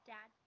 Dad